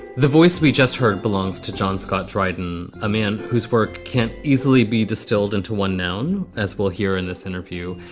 the voice we just heard belongs to john scott dryden, a man whose work can't easily be distilled into one known as we'll hear in this interview.